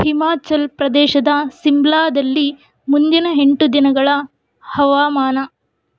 ಹಿಮಾಚಲ್ ಪ್ರದೇಶದ ಶಿಮ್ಲಾದಲ್ಲಿ ಮುಂದಿನ ಎಂಟು ದಿನಗಳ ಹವಾಮಾನ